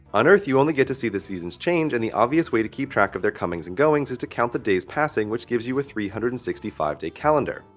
on earth you only get to see the seasons change and the obvious way to keep track of their comings and goings is to count the days passing which gives you a three hundred and sixty five day calendar.